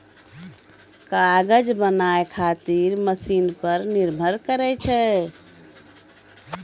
कागज बनाय खातीर मशिन पर निर्भर करै छै